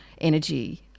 energy